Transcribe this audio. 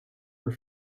were